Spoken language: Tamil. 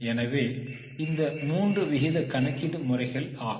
எனவே இந்த 3 விகித கணக்கீடு முறைகள் ஆகும்